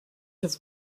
have